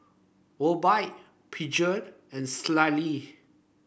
Obike Peugeot and Sealy